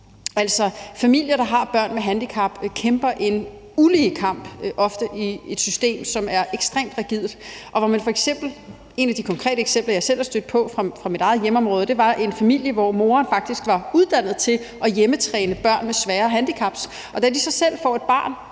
Altså, familier, der har børn med handicap, kæmper en ulige kamp og ofte i et system, som er ekstremt rigidt. Et af de konkrete eksempler, jeg selv er stødt på fra mit eget hjemområde, var en familie, hvor moren faktisk var uddannet til at hjemmetræne børn med svære handicap, og da de så selv fik et barn,